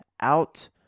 out